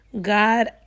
God